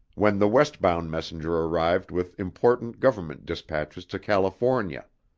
when the west-bound messenger arrived with important government dispatches to california.